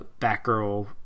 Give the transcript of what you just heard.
batgirl